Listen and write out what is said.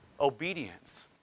Obedience